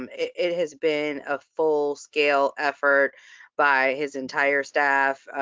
um it has been a full-scale effort by his entire staff,